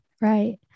Right